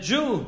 Jew